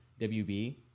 WB